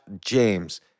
James